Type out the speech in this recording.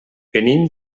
venim